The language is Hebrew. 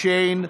יוסף שיין,